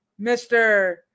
Mr